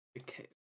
Okay